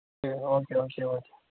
சரி okay okay okay